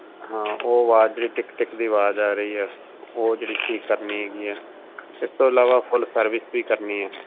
ਹਾਂ ਉਹ ਆਵਾਜ਼ ਜਿਹੜੀ ਟਿੱਕ ਟਿੱਕ ਦੀ ਆਵਾਜ਼ ਆ ਰਹੀ ਹੈ ਉਹ ਜਿਹੜੀ ਠੀਕ ਕਰਨੀ ਹੈਗੀ ਆ ਇਸ ਤੋਂ ਇਲਾਵਾ ਫੁੱਲ ਸਰਵਿਸ ਵੀ ਕਰਨੀ ਹੈ